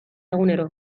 egunero